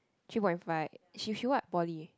three point five she she what poly